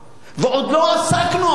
ועוד לא עסקנו אפילו בעובדה,